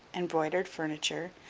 embroidered furniture,